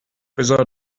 بذار